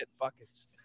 buckets